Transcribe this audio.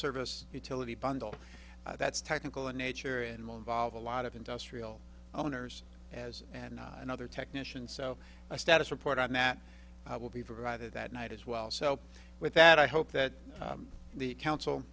service utility bundle that's technical in nature and will involve a lot of industrial owners as and another technician so a status report on that i will be provided that night as well so with that i hope that the council